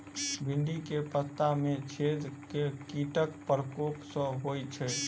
भिन्डी केँ पत्ता मे छेद केँ कीटक प्रकोप सऽ होइ छै?